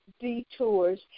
detours